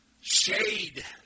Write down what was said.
Shade